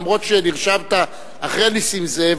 אף-על-פי שנרשמת אחרי נסים זאב,